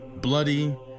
bloody